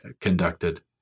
conducted